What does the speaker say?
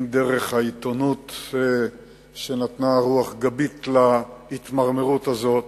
אם דרך העיתונות שנתנה רוח גבית להתמרמרות הזאת,